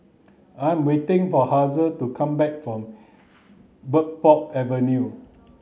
I'm waiting for Hazel to come back from Bridport Avenue